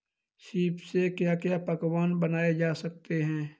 सीप से क्या क्या पकवान बनाए जा सकते हैं?